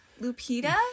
Lupita